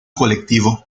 colectivo